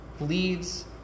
leads